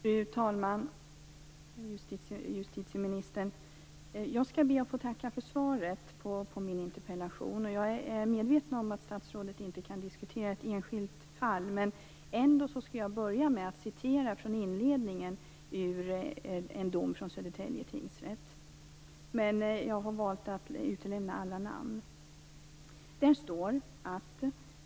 Fru talman! Justitieministern! Jag skall be att få tacka för svaret på min interpellation. Jag är medveten om att statsrådet inte kan diskutera ett enskilt fall, men jag skall ändå börja med att citera från inledningen av en dom från Södertälje tingsrätt. Jag har valt att utelämna alla namn.